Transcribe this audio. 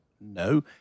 no